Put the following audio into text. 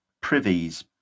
Privies